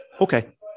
okay